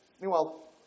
Meanwhile